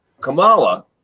Kamala